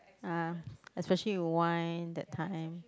ah especially with wine that time